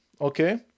okay